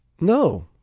No